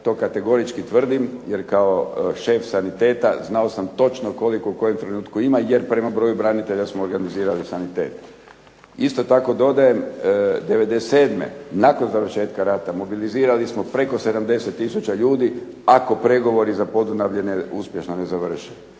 To kategorički tvrdim, jer kao šef saniteta znao sam točno koliko u kojem trenutku ima, jer prema broju branitelja smo organizirali sanitet. Isto tako dodajem '97. nakon završetka rata mobilizirali smo preko 70 tisuća ljudi ako pregovori za Podunavlje uspješno ne završi.